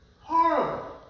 Horrible